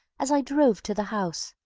as i drove to the house,